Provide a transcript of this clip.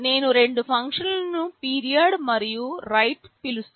నేను రెండు ఫంక్షన్లను పీరియడ్ మరియు రైట్ పిలుస్తున్నాను